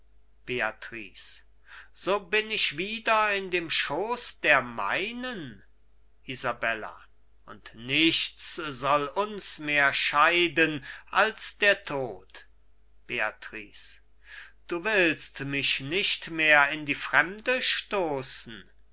so bin ich wieder in dem schooß der meinen isabella und nichts soll uns mehr scheiden als der tod beatrice du willst mich nicht mehr in die fremde stoßen